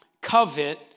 covet